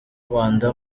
rwanda